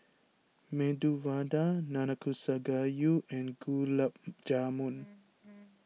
Medu Vada Nanakusa Gayu and Gulab Jamun